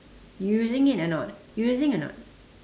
you using it or not you using or not